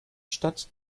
stadt